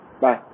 Bye